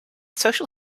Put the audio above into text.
social